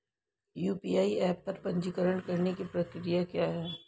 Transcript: UPI app पर पंजीकरण करने की प्रक्रिया क्या है?